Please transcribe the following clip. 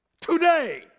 Today